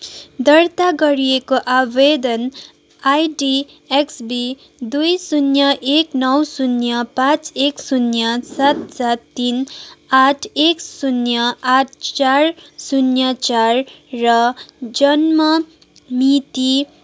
दर्ता गरिएको आवेदन आइडी एक्सभी दुई शून्य एक नौ शून्य पाँच एक शून्य सात सात तिन आठ एक शून्य आठ चार शून्य चार र जन्ममिति